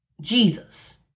Jesus